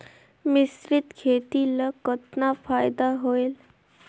मिश्रीत खेती ल कतना फायदा होयल?